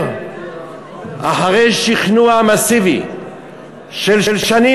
אחרי שכנוע מסיבי של שנים,